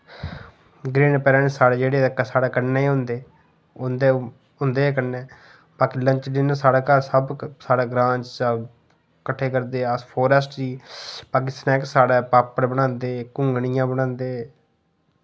grand parents साढ़े जेह्ड़े ते साढ़े कन्नै ही होंदे उं'दे उं'दे कन्नै बाकी लंच डिनर साढ़े घर सब साढ़े ग्रां च कट्ठे करदे अस फारेस्ट गी अग्ग स्नैक्स साढ़ै पापड़ बनांदे घुंघणियां बनांदे